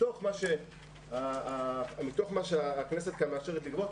מתוך מה שהכנסת מאשרת לגבות,